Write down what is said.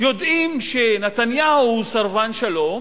יודעים שנתניהו הוא סרבן שלום,